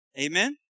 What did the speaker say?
Amen